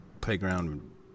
Playground